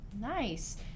Nice